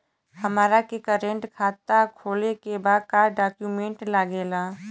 हमारा के करेंट खाता खोले के बा का डॉक्यूमेंट लागेला?